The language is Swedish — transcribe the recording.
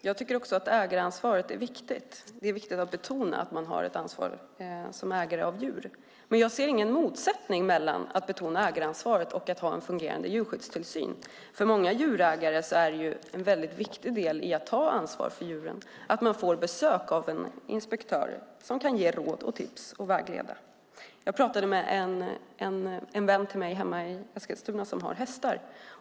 Herr talman! Det är viktigt att betona ägaransvaret. Jag ser dock ingen motsättning mellan att betona ägaransvaret och att ha en fungerande djurskyddstillsyn. För många djurägare är besöken av en inspektör som kan ge råd, tips och vägledning en viktig del i att ta ansvar för djuren. Jag pratade med en vän till mig hemma i Eskilstuna som har hästar.